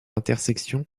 intersection